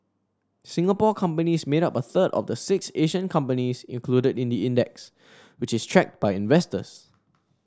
Singapore companies made up a third of the six Asian companies included in the index which is tracked by investors